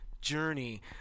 journey